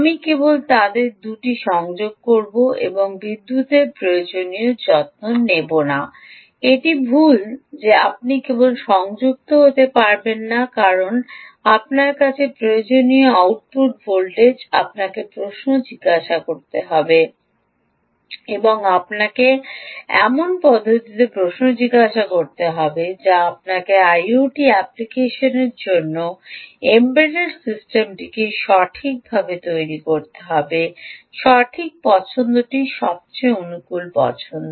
আমি কেবল তাদের 2 টি সংযোগ করব এবং বিদ্যুতের প্রয়োজনীয়তার যত্ন নেব না এটি ভুল যে আপনি কেবল সংযুক্ত হতে পারবেন না কারণ আপনার কাছে প্রয়োজনীয় আউটপুট ভোল্টেজ আপনাকে প্রশ্ন জিজ্ঞাসা করতে হবে এবং আপনাকে এমন পদ্ধতিতে প্রশ্ন জিজ্ঞাসা করতে হবে যা আপনাকে আইওটি অ্যাপ্লিকেশনটির জন্য এম্বেডড সিস্টেমটিকে সঠিকভাবে তৈরি করবে সঠিক পছন্দটি সবচেয়ে ভাল পছন্দ